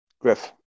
Griff